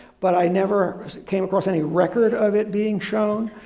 but i never came across any record of it being shown.